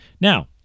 Now